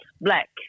black